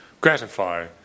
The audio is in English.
gratify